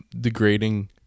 degrading